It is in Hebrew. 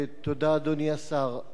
תודה, אדוני השר.